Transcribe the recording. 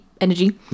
energy